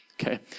okay